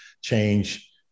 change